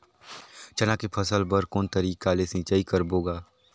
चना के फसल बर कोन तरीका ले सिंचाई करबो गा?